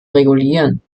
regulieren